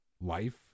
life